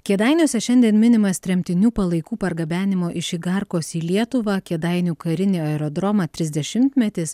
kėdainiuose šiandien minimas tremtinių palaikų pargabenimo iš igarkos į lietuvą kėdainių karinį aerodromą trisdešimtmetis